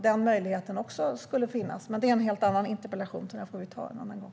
Denna möjlighet kanske också borde finnas, men det är som sagt en helt annan interpellation som jag får ta en annan gång.